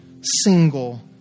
single